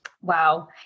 Wow